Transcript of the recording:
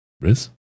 Riz